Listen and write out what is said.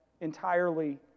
entirely